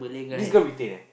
this girl retain eh